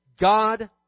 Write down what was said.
god